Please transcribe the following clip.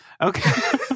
Okay